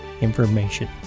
information